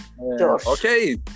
Okay